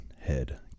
head